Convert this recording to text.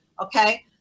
Okay